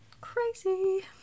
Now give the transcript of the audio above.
Crazy